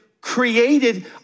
Created